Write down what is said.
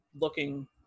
looking